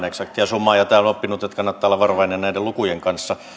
eksaktia summaa ja täällä olen oppinut että kannattaa olla varovainen näiden lukujen kanssa